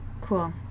Cool